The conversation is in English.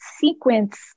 sequence